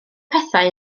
pethau